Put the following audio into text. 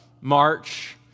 March